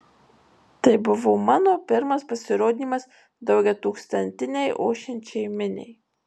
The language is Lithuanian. tai buvo mano pirmas pasirodymas daugiatūkstantinei ošiančiai miniai